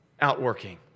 outworking